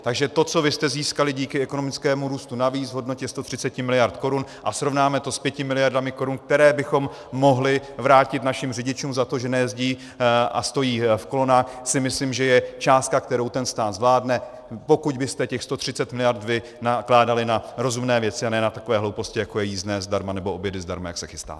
Takže to, co byste získali díky ekonomickému růstu navíc v hodnotě 130 miliard korun, a srovnáme to s 5 miliardami korun, které bychom mohli vrátit našim řidičům za to, že nejezdí a stojí v kolonách, si myslím, že je částka, kterou stát zvládne, pokud byste těch 130 miliard vynakládali na rozumné věci a ne na takové hlouposti, jako je jízdné zdarma nebo obědy zdarma, jak se chystáte.